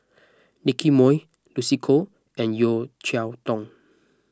Nicky Moey Lucy Koh and Yeo Cheow Tong